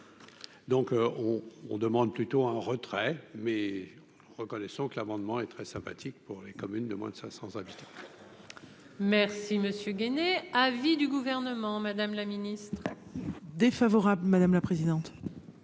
on on demande plutôt un retrait mais reconnaissons que l'amendement est très sympathique pour les communes de moins de 65. Car la. Merci monsieur Gainey avis du gouvernement, Madame la Ministre. Défavorable, madame la présidente.